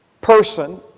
person